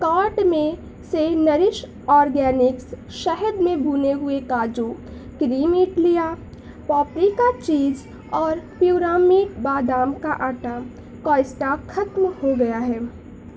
cart میں سے nourish organics شہد میں بھنے ہوئے کاجو کریم ایٹلیا پاپریکا چیز اور پیورامیٹ بادام کا آٹا کا اسٹاک ختم ہو گیا ہے